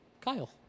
Kyle